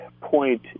point